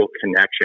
connection